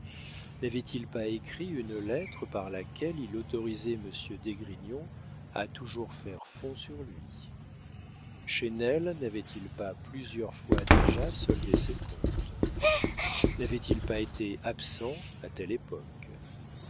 n'avait-il pas écrit une lettre par laquelle il autorisait monsieur d'esgrignon à toujours faire fond sur lui chesnel n'avait-il pas plusieurs fois déjà soldé ses comptes n'avait-il pas été absent à telle époque